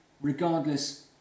regardless